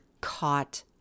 caught